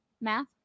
math